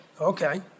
Okay